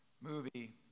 movie